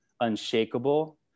unshakable